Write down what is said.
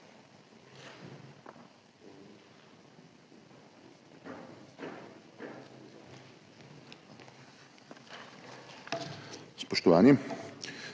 Spoštovani!